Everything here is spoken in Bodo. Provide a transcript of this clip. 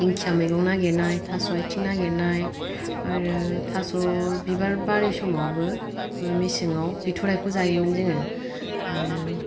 दिंखिया मैगं नागिरनाय थास' आयथिं नागिरनाय आरो थास' बिबार बारै समावबो मेसेङाव बिथ'रायखौ जायोमोन जोङो आरो